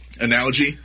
analogy